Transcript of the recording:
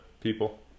people